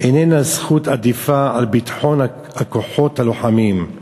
איננה זכות עדיפה על ביטחון הכוחות הלוחמים.